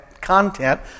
content